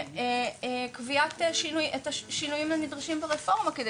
וקביעת השינויים הנדרשים ברפורמה כדי